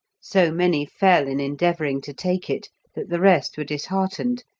so many fell in endeavouring to take it, that the rest were disheartened,